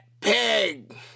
pig